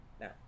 Now